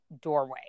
doorway